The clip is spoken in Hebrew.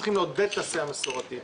צריך לעודד תעשייה מסורתית.